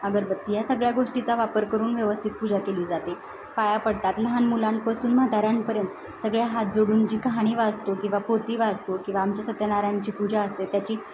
अगरबत्ती या सगळ्या गोष्टीचा वापर करून व्यवस्थित पूजा केली जाते पाया पडतात लहान मुलांपासून म्हाताऱ्यांपर्यंत सगळे हात जोडून जी कहाणी वाचतो किंवा पोथी वाचतो किंवा आमच्या सत्यनारायणची पूजा असते त्याची